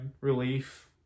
relief